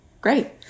great